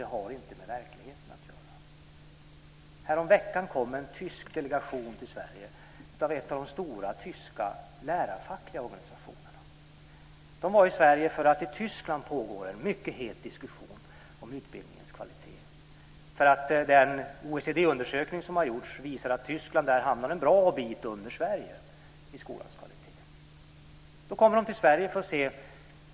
De har inte med verkligheten att göra. Häromveckan kom en tysk delegation till Sverige. De kom från en av de stora tyska lärarfackliga organisationerna. De var i Sverige därför att det i Tyskland pågår en mycket het diskussion om utbildningens kvalitet. Den OECD-undersökning som har gjorts visar att skolans kvalitet i Tyskland hamnar en bra bit under Sverige.